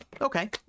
Okay